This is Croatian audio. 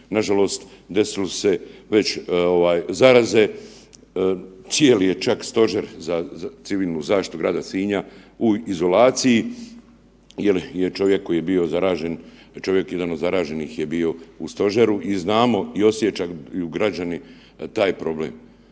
nažalost, desilo se već zaraze, cijeli je čak Stožer za civilnu zaštitu grada Sinja u izolaciji jer je čovjek koji je bio zaražen, čovjek jedan od zaraženih je bio u stožeru i znamo i osjećaju građani taj problem.